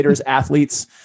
athletes